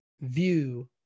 view